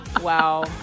Wow